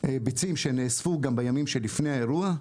ביצים שנאספו גם בימים שלפני האירוע,